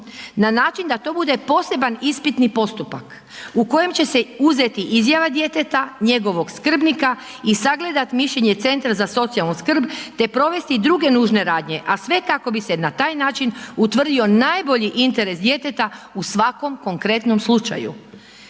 na način da to bude poseban ispitni postupak u kojem će se uzeti izjava djeteta, njegovog skrbnika i sagledat mišljenje centra za socijalnu skrb, te provesti i druge nužne radnje, a sve kako bi se na taj način utvrdio najbolji interes djeteta u svakom konkretnom slučaju.